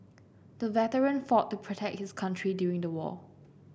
the veteran fought to protect his country during the war